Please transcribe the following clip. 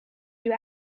you